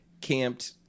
camped